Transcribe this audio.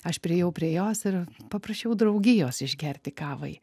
aš priėjau prie jos ir paprašiau draugijos išgerti kavai